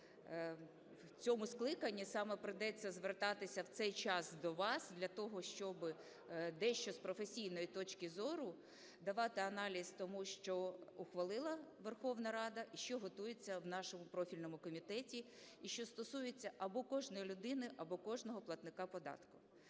в цьому скликанні саме прийдеться звертатися в цей час до вас, для того, щоб дещо з професійної точки зору давати аналіз тому, що ухвалила Верховна Рада і що готується в нашому профільному комітеті, і що стосується або кожної людини, або кожного платника податку.